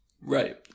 Right